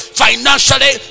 financially